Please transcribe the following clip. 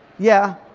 yeah.